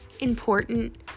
important